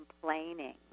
complaining